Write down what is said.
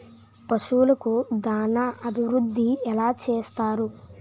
పశువులకు దాన అభివృద్ధి ఎలా చేస్తారు?